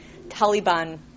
Taliban